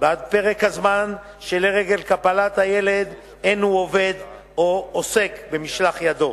בעד פרק הזמן שלרגל קבלת הילד אין הוא עובד או עוסק במשלח ידו,